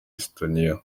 estonia